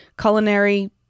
culinary